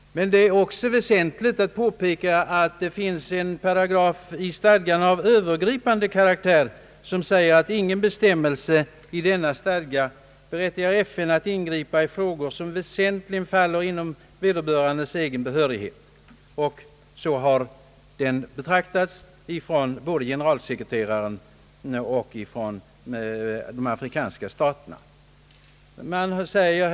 Men det är också väsentligt att påpeka att det i stadgan finns en paragraf av övergripande karaktär vars innehåll går ut på att »ingen bestämmelse i denna stadga berättigar FN att ingripa i frågor som väsentligen faller inom vederbörandes egen behörighet». Så har både generalsekreteraren och de afrikanska staterna betraktat Nigeriafrågan.